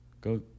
go